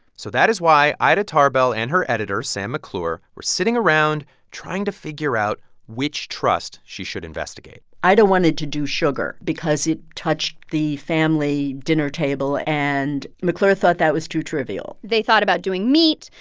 so that is why ida tarbell and her editor, sam mcclure, were sitting around trying to figure out which trust she should investigate ida wanted to do sugar because it touched the family dinner table. and mcclure thought that was too trivial they thought about doing meat,